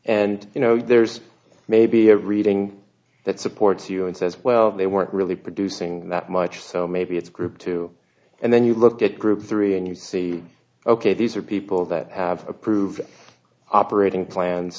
and you know there's maybe a reading that supports you and says well they weren't really producing that much so maybe it's group two and then you look at group three and you see ok these are people that have approved operating plans